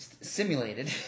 simulated